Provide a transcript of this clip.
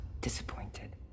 disappointed